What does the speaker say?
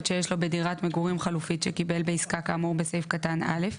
שיש לו בדירת מגורים חלופית שקיבל בעסקה כאמור בסעיף קטן (א),